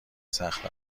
سخت